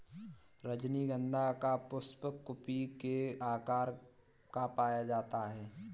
रजनीगंधा का पुष्प कुपी के आकार का पाया जाता है